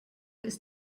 ist